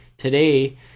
today